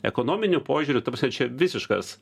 ekonominiu požiūriu ta prasme čia visiškas